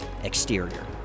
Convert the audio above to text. Exterior